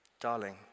Darling